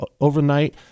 overnight